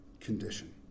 condition